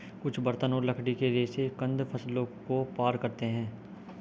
कुछ बर्तन और लकड़ी के रेशे कंद फसलों को पार करते है